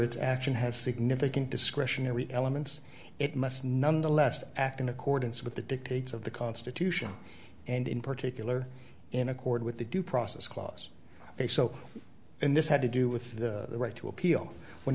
its action has significant discretionary elements it must nonetheless act in accordance with the dictates of the constitution and in particular in accord with the due process clause a so in this had to do with the right to appeal when